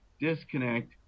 disconnect